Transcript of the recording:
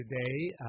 today